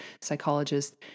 psychologist